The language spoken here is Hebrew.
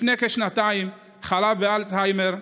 לפני כשנתיים חלה באלצהיימר,